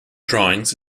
drawings